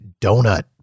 donut